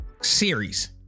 series